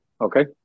Okay